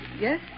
Yes